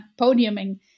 podiuming